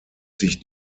sich